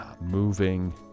moving